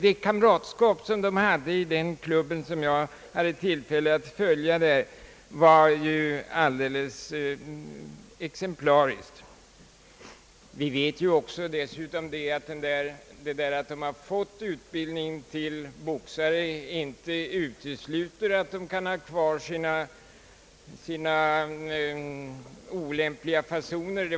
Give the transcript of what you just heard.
Det kamratskap de hade i den klubb jag hade tillfälle att följa var helt exemplariskt. Vi vet också att folk kan ha kvar sina olämpliga fasoner trots att de utbildats till boxare.